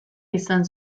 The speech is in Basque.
izan